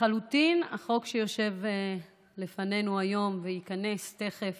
לחלוטין החוק שמונח לפנינו היום וייכנס תכף